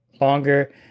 longer